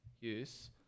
use